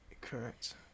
Correct